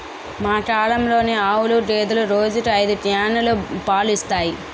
మా కల్లంలోని ఆవులు, గేదెలు రోజుకి ఐదు క్యానులు పాలు ఇస్తాయి